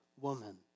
woman